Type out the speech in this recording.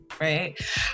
right